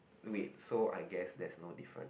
wait so I guess there is no difference